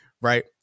Right